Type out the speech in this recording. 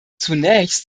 zunächst